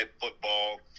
football